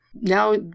Now